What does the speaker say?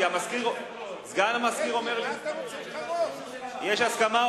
סגן המזכיר אומר לי, יש הסכמה.